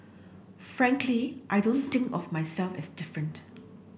frankly I don't think of myself as different